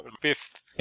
fifth